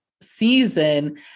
season